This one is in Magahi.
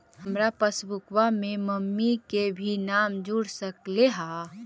हमार पासबुकवा में मम्मी के भी नाम जुर सकलेहा?